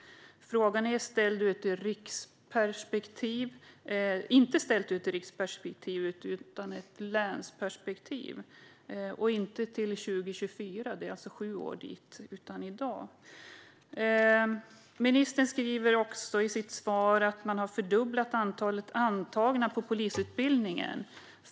Frågan var inte ställd ur ett riksperspektiv utan ur ett länsperspektiv och handlade inte om hur det ska se ut 2024, dit det är sju år, utan handlade om hur det är i dag. Ministern säger i sitt svar att man har fördubblat antalet antagna på polisutbildningen.